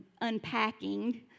unpacking